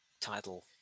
Title